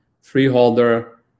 freeholder